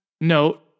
note